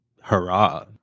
hurrah